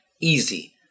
easy